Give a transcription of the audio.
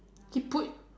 he put